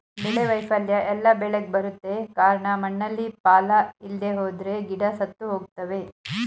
ಬೆಳೆ ವೈಫಲ್ಯ ಎಲ್ಲ ಬೆಳೆಗ್ ಬರುತ್ತೆ ಕಾರ್ಣ ಮಣ್ಣಲ್ಲಿ ಪಾಲ ಇಲ್ದೆಹೋದ್ರೆ ಗಿಡ ಸತ್ತುಹೋಗ್ತವೆ